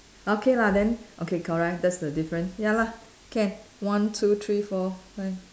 okay lah then okay correct that's the difference ya lah can one two three four five